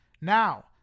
Now